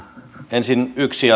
ensin yksi